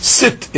sit